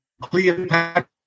Cleopatra